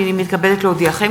הנני מתכבדת להודיעכם,